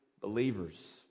believers